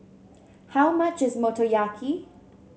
how much is Motoyaki